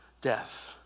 death